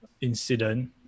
incident